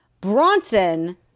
Bronson